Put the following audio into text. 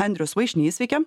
andrius vaišnys sveiki